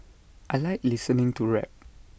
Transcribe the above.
I Like listening to rap